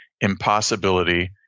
impossibility